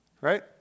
Right